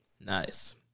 Nice